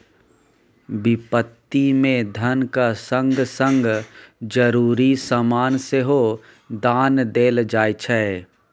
बिपत्ति मे धनक संग संग जरुरी समान सेहो दान देल जाइ छै